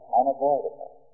unavoidable